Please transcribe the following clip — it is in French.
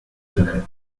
secrète